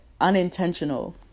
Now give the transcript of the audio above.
unintentional